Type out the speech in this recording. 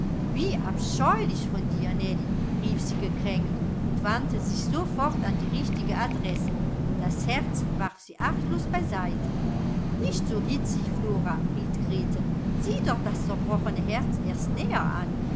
wie abscheulich von dir nellie rief sie gekränkt und wandte sich sofort an die richtige adresse das herz warf sie achtlos beiseite nicht so hitzig flora riet grete sieh doch das zerbrochene herz erst näher an